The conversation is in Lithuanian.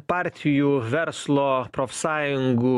partijų verslo profsąjungų